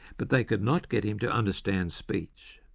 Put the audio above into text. but they could not get him to understand speech.